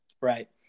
Right